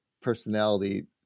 personality